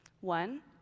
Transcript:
One